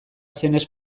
zenez